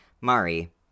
Mari